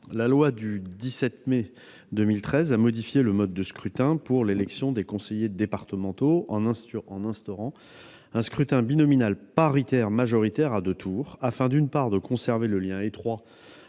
calendrier électoral a modifié le mode de scrutin pour l'élection des conseillers départementaux en instaurant un scrutin binominal paritaire majoritaire à deux tours, afin, d'une part, de conserver le lien étroit